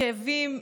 לכאבים.